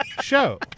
show